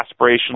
aspirational